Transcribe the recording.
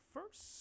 First